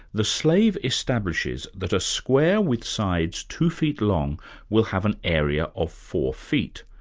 the slave establishes that a square with sides two feet long will have an area of four feet,